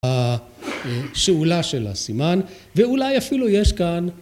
השאולה של הסימן ואולי אפילו יש כאן